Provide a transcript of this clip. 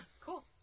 Cool